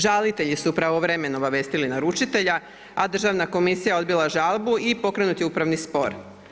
Žalitelji su pravovremeno obavijesti naručitelja, a državna komisija je odbila žalbu i pokrenut je upravni spor.